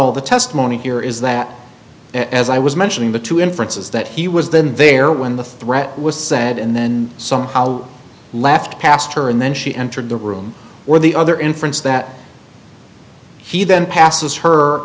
all the testimony here is that as i was mentioning the two inferences that he was than there when the threat was said and then somehow left past her and then she entered the room where the other inference that he then passes her